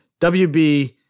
WB